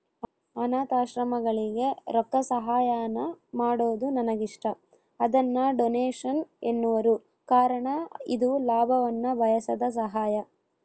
ಅನಾಥಾಶ್ರಮಗಳಿಗೆ ರೊಕ್ಕಸಹಾಯಾನ ಮಾಡೊದು ನನಗಿಷ್ಟ, ಅದನ್ನ ಡೊನೇಷನ್ ಎನ್ನುವರು ಕಾರಣ ಇದು ಲಾಭವನ್ನ ಬಯಸದ ಸಹಾಯ